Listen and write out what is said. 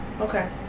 Okay